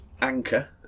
Anchor